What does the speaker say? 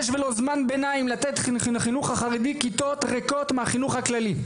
יש ולו זמן ביניים לתת לחינוך החרדי כיתות ריקות מהחינוך הכללי.